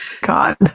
God